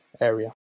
area